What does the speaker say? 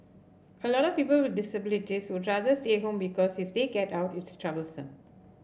a lot of people with disabilities would rather stay home because if they get out it's troublesome